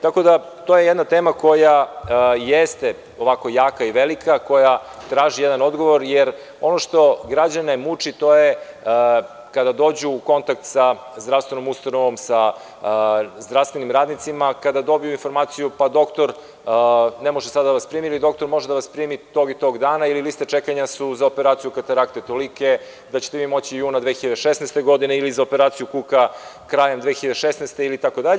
To je jedna tema koja jeste jaka i velika, koja traži jedan odgovor, jer ono što građane muči, to je kada dođu u kontakt sa zdravstvenom ustanovom, sa zdravstvenim radnicima, kada dobiju informaciju – pa, doktor ne može sada da vas primi ili doktor može da vas primi tog i tog dana, ili liste čekanja za operaciju katarakte su tolike i tolike, da ćete vi moći juna 2016. godine ili za operaciju kuka krajem 2016. godine itd.